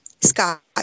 Scott